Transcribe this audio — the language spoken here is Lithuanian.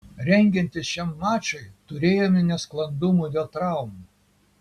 rengiantis šiam mačui turėjome nesklandumų dėl traumų